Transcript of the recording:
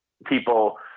People